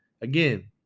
Again